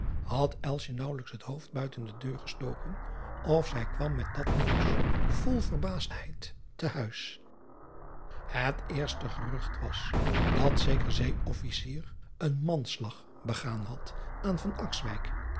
had naauwelijks het hoofd buiten de deur gestoken of zij kwam met dat nieuws vol verbaasdheid te huis et eerste gerucht was dat zeker ee fficier een manslag begaan had aan